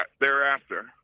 thereafter